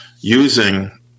Using